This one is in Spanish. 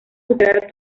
superar